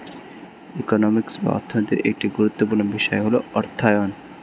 economics বা অর্থনীতির একটি গুরুত্বপূর্ণ বিষয় হল অর্থায়ন